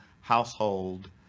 household